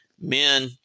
Men